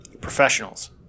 professionals